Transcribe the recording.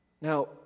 Now